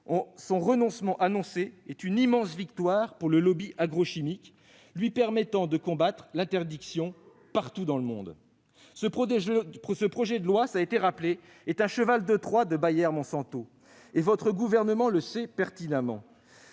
son renoncement annoncé est une immense victoire pour le lobby agrochimique, lui permettant de combattre l'interdiction partout dans le monde. Et le lobby écologiste ? Ce projet de loi est un cheval de Troie de Bayer-Monsanto et votre gouvernement le sait pertinemment.